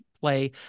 play